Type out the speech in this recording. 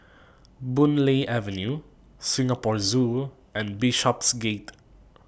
Boon Lay Avenue Singapore Zoo and Bishopsgate